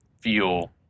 feel